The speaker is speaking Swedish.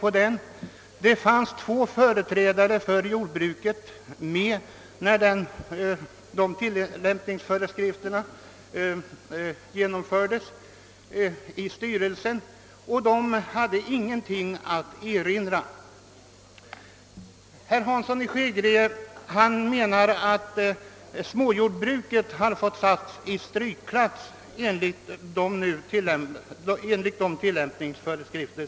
Vidare fanns två företrädare för jordbruket med i lantbruksstyrelsen när beslut fattades om tillämpningsföreskrifterna, och de hade ingenting att erinra mot dem. Herr Hansson i Skegrie menar att småjordbruket satts i strykklass enligt tillämpningsföreskrifterna.